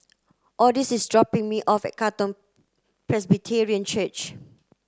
Odis is dropping me off at Katong Presbyterian Church